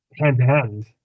hand-to-hand